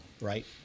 right